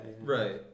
Right